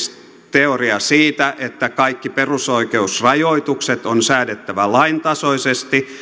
teoria siitä että kaikki perusoikeusrajoitukset on säädettävä laintasoisesti